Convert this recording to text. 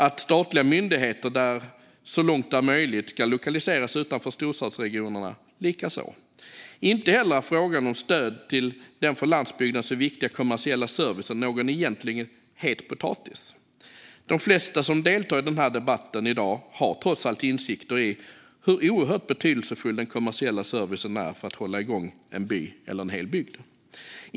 Att statliga myndigheter så långt det är möjligt ska lokaliseras utanför storstadsregionerna likaså. Inte heller är frågan om stöd till den för landsbygden så viktiga kommersiella servicen någon egentlig het potatis. De flesta som deltar i denna debatt har trots allt insikt i hur oerhört betydelsefull den kommersiella servicen är för att hålla igång en by eller en hel bygd.